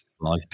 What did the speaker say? light